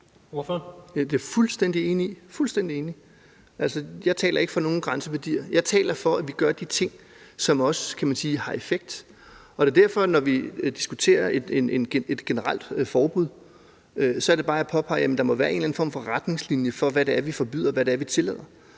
i – fuldstændig enig. Altså, jeg taler ikke for nogen grænseværdier. Jeg taler for, at vi gør de ting, som også har en effekt. Det er derfor, at jeg, når vi diskuterer et generelt forbud, bare påpeger, at der må være en eller anden form for retningslinje for, hvad det er, vi forbyder, og hvad det er, vi tillader.